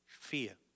fear